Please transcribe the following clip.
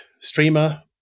streamer